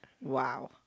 wow